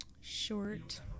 short